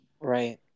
Right